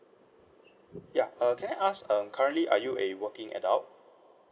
ya can I ask um currently are you a working adult